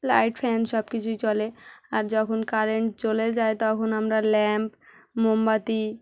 light fan সব কিছুই চলে আর যখন কারেন্ট চলে যায় তখন আমরা ল্যাম্প মোমবাতি